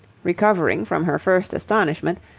recovering from her first astonishment,